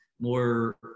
more